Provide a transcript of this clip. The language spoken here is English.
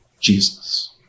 Jesus